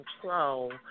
control